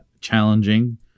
challenging